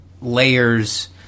layers